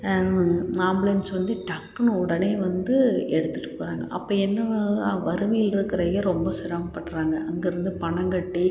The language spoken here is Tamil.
ஆம்புலன்ஸ் வந்து டக்குன்னு உடனே வந்து எடுத்துட்டுப் போகிறாங்க அப்போ என்ன வ வறுமையில் இருக்கறவக ரொம்ப சிரமப்படுறாங்க அங்கே இருந்து பணம் கட்டி